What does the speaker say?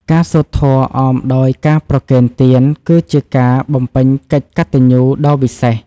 ការសូត្រធម៌អមដោយការប្រគេនទាន គឺជាការបំពេញកិច្ចកតញ្ញូដ៏វិសេស។